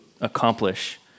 accomplish